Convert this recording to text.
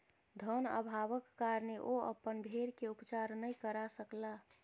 धन अभावक कारणेँ ओ अपन भेड़ के उपचार नै करा सकला